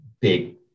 big